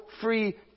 free